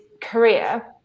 career